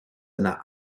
einer